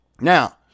Now